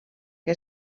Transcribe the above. que